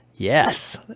Yes